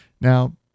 Now